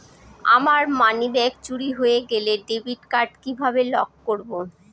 আমার মানিব্যাগ চুরি হয়ে গেলে ডেবিট কার্ড কিভাবে লক করব?